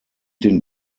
den